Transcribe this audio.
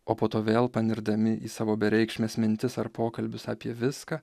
o po to vėl panirdami į savo bereikšmes mintis ar pokalbius apie viską